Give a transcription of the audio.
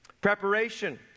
Preparation